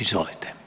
Izvolite.